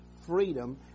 freedom